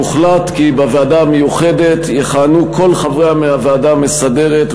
הוחלט כי בוועדה המיוחדת יכהנו כל חברי הוועדה המסדרת,